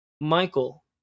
Michael